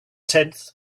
tenth